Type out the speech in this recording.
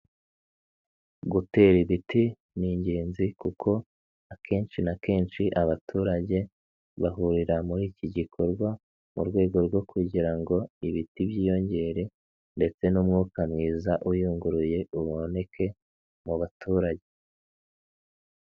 Gutera ibiti ni ingenzi kuko akenshi na kenshi abaturage bahurira muri iki gikorwa mu rwego rwo kugira ngo ibiti byiyongere ndetse n'umwuka mwiza uyunguruye uboneke mu baturage.